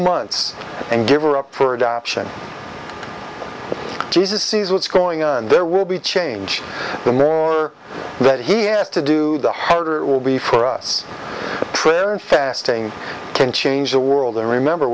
months and give her up for adoption jesus sees what's going on and there will be change the more that he has to do the harder it will be for us prayer and fasting can change the world and remember